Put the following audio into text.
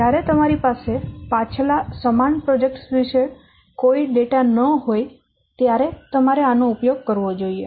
જ્યારે તમારી પાસે પાછલા સમાન પ્રોજેક્ટ્સ વિશે કોઈ ડેટા ન હોય ત્યારે તમારે આનો ઉપયોગ કરવો જોઈએ